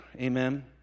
Amen